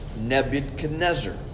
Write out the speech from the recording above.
Nebuchadnezzar